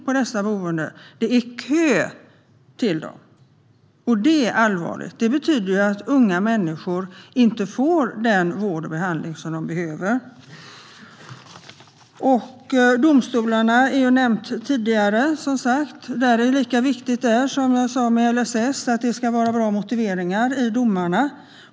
Till dessa är det kö, vilket är allvarligt för det betyder att unga människor inte får den vård och behandling som de behöver. Domstolarna har också nämnts tidigare. Även där är det, som med LSS, viktigt med bra motiveringar i domsluten.